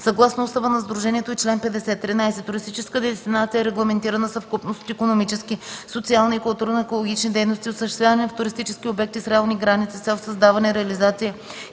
съгласно устава на сдружението и чл. 50. 13. „Туристическа дестинация” е регламентирана съвкупност от икономически, социални и културно-екологични дейности, осъществявани в туристически обекти с реални граници, с цел създаване, реализация